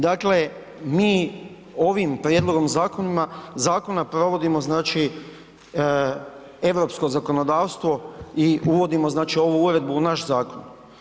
Dakle mi ovim prijedlogom zakona provodimo znači europsko zakonodavstvo i uvodimo znači ovu uredbu u naš zakon.